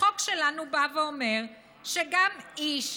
החוק שלנו בא ואומר שגם איש,